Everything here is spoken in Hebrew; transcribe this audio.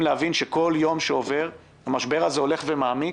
להבין שבכל יום שעובר המשבר הזה הולך ומעמיק,